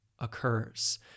Occurs